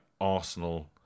Arsenal